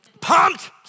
pumped